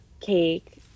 cake